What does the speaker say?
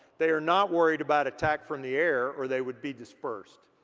they are not worried about attack from the air or they would be dispersed.